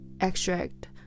extract